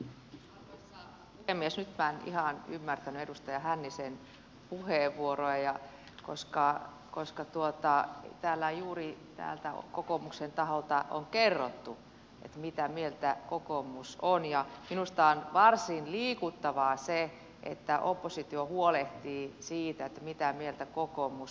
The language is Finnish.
nyt minä en ihan ymmärtänyt edustaja hännisen puheenvuoroa koska täällä juuri täältä kokoomuksen taholta on kerrottu mitä mieltä kokoomus on ja minusta on varsin liikuttavaa se että oppositio huolehtii siitä mitä mieltä kokoomus on